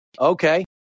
Okay